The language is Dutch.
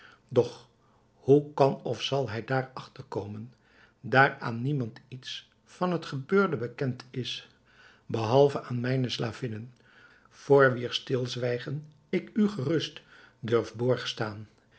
doch hoe kan of zal hij daar achter komen daar aan niemand iets van het gebeurde bekend is behalve aan mijne slavinnen voor wier stilzwijgen ik u gerust durf